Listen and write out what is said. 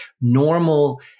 normal